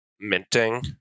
minting